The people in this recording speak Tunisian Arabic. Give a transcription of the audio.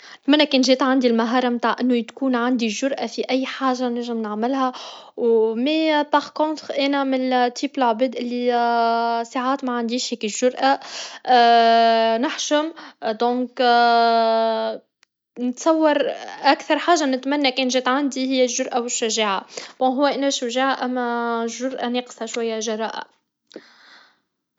نتمنى كان جات عندي المهارة متاع انو يكون عندي الجراة في أي حاجة نجم نعملها مي بار كونطر انا من لعباد لي ساعات معنديش هيك الجراة نحشم دونك نتصور اكثر حاجة نتمنى كان جات عندي هي الجراة والشجاعة بون انا شجاعة اما الجراة ناقصة شوية جراءة